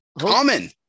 Common